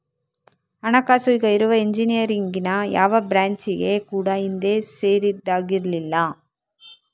ಹಣಕಾಸು ಈಗ ಇರುವ ಇಂಜಿನಿಯರಿಂಗಿನ ಯಾವ ಬ್ರಾಂಚಿಗೆ ಕೂಡಾ ಹಿಂದೆ ಸೇರಿದ್ದಾಗಿರ್ಲಿಲ್ಲ